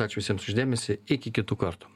ačiū visiems už dėmesį iki kitų kartų